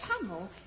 tunnel